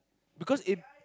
because it